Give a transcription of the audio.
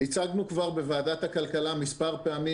הצגנו כבר בוועדת הכלכלה מספר פעמים